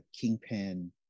Kingpin